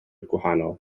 gwahanol